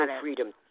freedom